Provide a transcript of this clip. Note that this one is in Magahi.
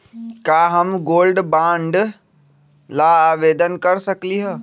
का हम गोल्ड बॉन्ड ला आवेदन कर सकली ह?